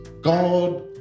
God